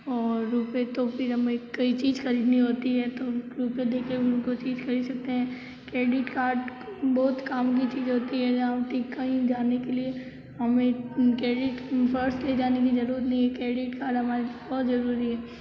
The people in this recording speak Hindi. और रुपए तो फिर हमे कोई चीज़ ख़रीदनी होती है तो रुपए दे कर उनको ख़रीद सकते हैं क्रेडिट कार्ड बहुत काम की चीज़ होती है कहीं जाने के लिए हमें क्रेडिट पर्स ले जाने मे ज़रूरत नहीं है क्रेडिट कार्ड हमारे बहुत ज़रूरी है